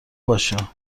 باشه